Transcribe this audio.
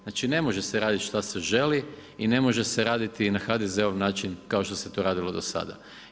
Znači ne može se raditi šta se želi i ne može se raditi na HDZ-ov način, kao što se to radilo do sada.